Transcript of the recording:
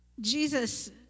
Jesus